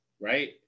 Right